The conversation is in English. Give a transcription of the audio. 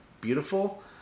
beautiful